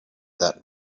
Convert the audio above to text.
that